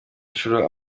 nshuro